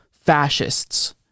Fascists